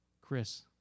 Chris